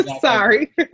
Sorry